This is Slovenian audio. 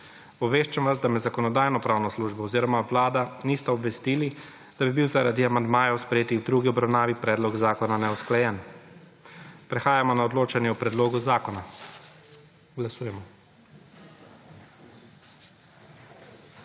Obveščam vas, da me Zakonodajno-pravna služba oziroma Vlada nista obvestili, da bi bil zaradi amandmajev, sprejetih v drugi obravnavi, predlog zakona neusklajen. Prehajamo na odločanje o predlogu zakona. Glasujemo.